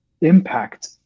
impact